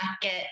get